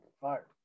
fire